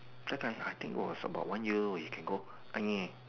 that that I think it was one year you can go